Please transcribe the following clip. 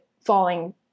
falling